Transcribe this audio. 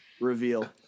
reveal